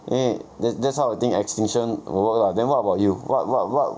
因为 this this type of thing extinction will work lah then what about you what what what